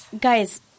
guys